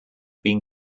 being